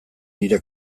nire